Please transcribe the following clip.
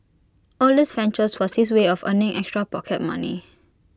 all these ventures was his way of earning extra pocket money